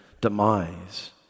demise